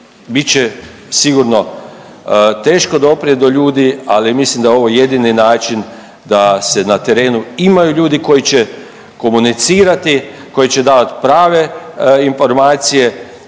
Bit će sigurno teško doprijeti do ljudi, ali mislim da je ovo jedini način da se na terenu imaju ljudi koji će komunicirati, koji će davati prave informacije